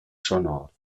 sonore